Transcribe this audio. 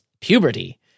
Puberty